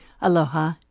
Aloha